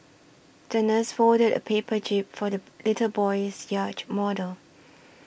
the nurse folded a paper jib for the little boy's yacht model